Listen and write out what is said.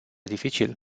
dificil